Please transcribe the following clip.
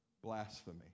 blasphemy